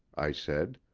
i said,